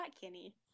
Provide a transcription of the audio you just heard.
kenny